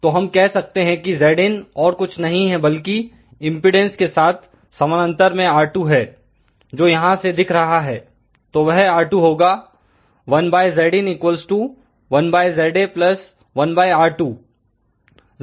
तो हम कह सकते हैं कि Zin और कुछ नहीं है बल्कि इंपेडेंस के साथ समांतर में R2 है जो यहां से दिख रहा है तो वह R2 होगा 1Zin 1ZA 1R2→Zin R2